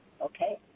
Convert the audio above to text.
Okay